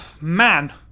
man